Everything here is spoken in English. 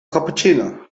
cappuccino